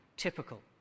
typical